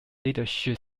leadership